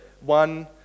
one